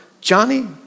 Johnny